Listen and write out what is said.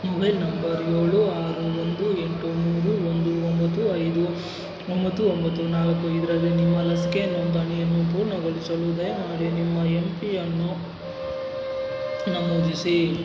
mobile number ಏಳು ಆರು ಒಂದು ಎಂಟು ಮೂರು ಒಂದು ಒಂಬತ್ತು ಐದು ಒಂಬತ್ತು ಒಂಬತ್ತು ನಾಲ್ಕು ಇದರಲ್ಲಿ ನಿಮ್ಮ ಲಸಿಕೆ ನೋಂದಣಿಯನ್ನು ಪೂರ್ಣಗೊಳಿಸಲು ದಯಮಾಡಿ ನಿಮ್ಮ ಎಂ ಪಿನ್ ಅನ್ನು ನಮೂದಿಸಿ